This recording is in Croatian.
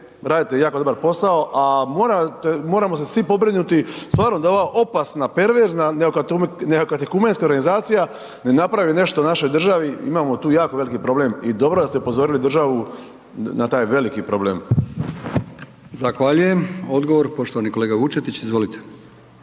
radite jako dobar posao a moramo se svi pobrinuti stvarno da ova opasna perverzna neokatekumenska ne napravi nešto našoj državi, imamo tu jako veliki problem i dobro je da ste upozorili državu na taj veliki problem. **Brkić, Milijan (HDZ)** Zahvaljujem. Odgovor, poštovani kolega Vučetić, izvolite.